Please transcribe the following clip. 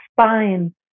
spine